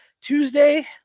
Tuesday